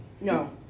No